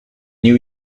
new